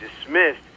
dismissed